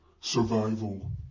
survival